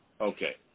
Okay